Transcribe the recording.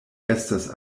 estas